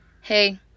hey